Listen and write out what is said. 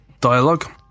dialogue